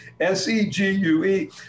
S-E-G-U-E